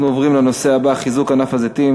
אנחנו עוברים לנושא הבא: חיזוק ענף הזיתים,